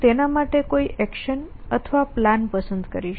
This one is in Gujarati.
હું તેના માટે કોઈ એક્શન અથવા પ્લાન પસંદ કરીશ